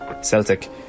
Celtic